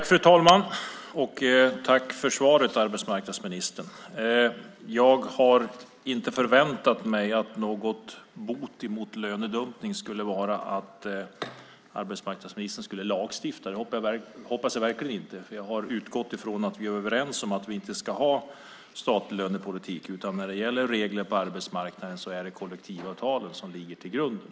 Fru talman! Jag tackar arbetsmarknadsministern för svaret. Jag har inte förväntat mig att det skulle vara bot mot lönedumpning att arbetsmarknadsministern skulle lagstifta. Det hoppas jag verkligen inte. Jag har utgått från att vi är överens om att vi inte ska ha statlig lönepolitik, utan när det gäller regler på arbetsmarknaden är det kollektivavtalen som ligger till grund.